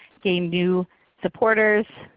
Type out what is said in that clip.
gain new supporters,